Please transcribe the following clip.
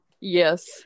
yes